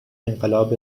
انقلاب